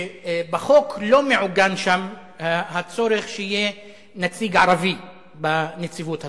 בחוק לא מעוגן הצורך בנציג ערבי בנציבות הזאת.